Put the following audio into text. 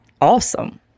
Awesome